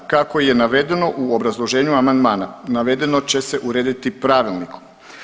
Kako je navedeno u obrazloženju amandmana navedeno će se urediti pravilnikom.